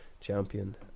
champion